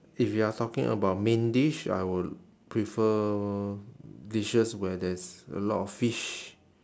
if you are talking about main dish I would prefer dishes where there's a lot of fish